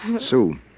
Sue